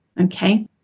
Okay